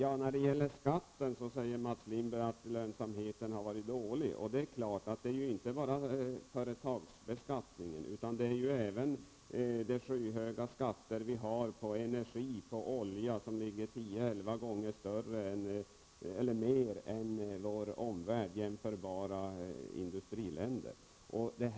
Herr talman! Mats Lindberg säger att det är lönsamheten som har varit dålig. Det är klart att det inte bara är företagsbeskattningen som har spelat en roll, utan även de skyhöga skatter vi har på energi och olja, som är tio elva gånger högre än i jämförbara industriländer i vår omvärld.